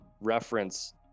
reference